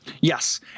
Yes